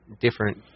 different